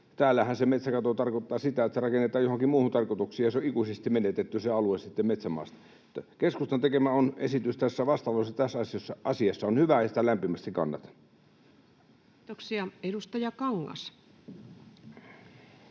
täällähän se metsäkato tarkoittaa sitä, että rakennetaan johonkin muuhun tarkoitukseen ja se on ikuisesti menetetty se alue sitten metsämaasta. Keskustan tekemä esitys tässä vastalauseessa tässä asiassa on hyvä, ja sitä lämpimästi kannatan. [Speech 222]